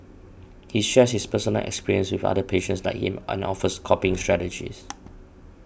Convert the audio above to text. he shares his personal experiences with other patients like him and offers coping strategies